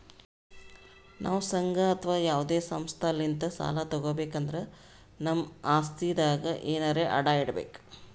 ನಾವ್ ಸಂಘ ಅಥವಾ ಯಾವದೇ ಸಂಸ್ಥಾಲಿಂತ್ ಸಾಲ ತಗೋಬೇಕ್ ಅಂದ್ರ ನಮ್ ಆಸ್ತಿದಾಗ್ ಎನರೆ ಅಡ ಇಡ್ಬೇಕ್